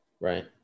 Right